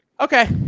Okay